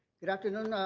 good afternoon, um